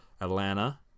Atlanta